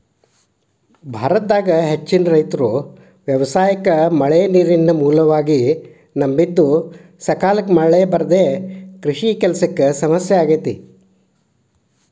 ಭಾರತದಾಗ ಹೆಚ್ಚಿನ ರೈತರು ವ್ಯವಸಾಯಕ್ಕ ಮಳೆಯನ್ನ ನೇರಿನ ಮೂಲವಾಗಿ ನಂಬಿದ್ದುಸಕಾಲಕ್ಕ ಮಳೆ ಬರದೇ ಕೃಷಿ ಕೆಲಸಕ್ಕ ಸಮಸ್ಯೆ ಆಗೇತಿ